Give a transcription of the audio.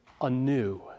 anew